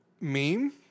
meme